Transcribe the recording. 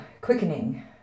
quickening